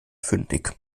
fündig